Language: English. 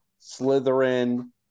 Slytherin